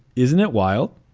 isn't it? wild.